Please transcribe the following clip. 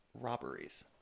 robberies